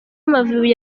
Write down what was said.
amavubi